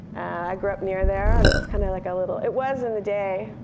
i grew up near there and it's kind of like a little it was in the day,